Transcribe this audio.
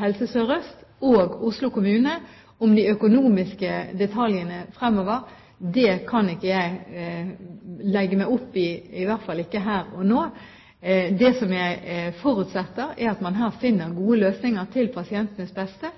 Helse Sør-Øst og Oslo kommune om de økonomiske detaljene fremover, kan ikke jeg legge meg opp i det, i hvert fall ikke her og nå. Det jeg forutsetter, er at man her finner gode løsninger til pasientenes beste,